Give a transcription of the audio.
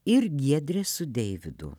ir giedrę su deividu